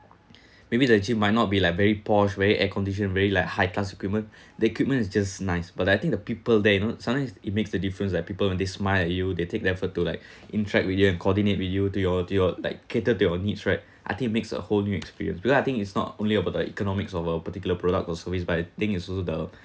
maybe the gym might not be like very porch very air condition very like high class equipment the equipment is just nice but I think the people there you know sometimes it makes a difference like people when they smile at you they take effort to like interact with you coordinate with you to your your like cater to your needs right I think it makes a whole new experience because I think it's not only about the economics of a particular product or service but I think is also the